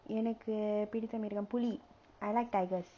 எனக்கு பிடித்த மிருகம் புலி:enakku piditha mirugam puli I like tigers